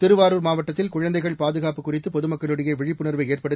திருவாரூர் மாவட்டத்தில் குழந்தைகள் பாதுகாப்பு குறித்து பொதுமக்களிடையே விழிப்புணர்வை ஏற்படுத்த